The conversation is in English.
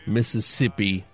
Mississippi